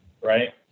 right